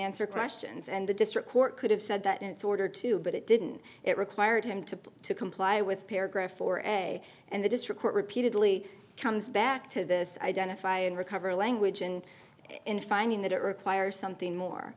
answer questions and the district court could have said that it's ordered to but it didn't it required him to to comply with paragraph or essay and the district court repeatedly comes back to this identify and recover language and in finding that it requires something more